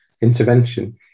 intervention